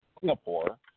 Singapore